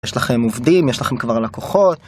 יש לכם עובדים, יש לכם כבר לקוחות.